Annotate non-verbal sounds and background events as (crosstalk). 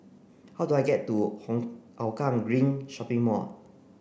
how do I get to (unintelligible) Hougang Green Shopping Mall